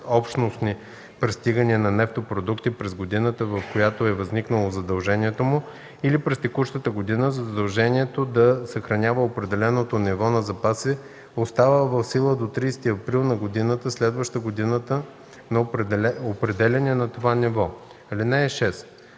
вътрешнообщностни пристигания на нефтопродукти през годината, в която е възникнало задължението му, или през текущата година, задължението да съхранява определеното ниво на запаси остава в сила до 30 април на годината, следваща годината на определяне на това ниво. (6)